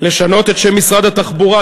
לשנות את שם משרד התחבורה,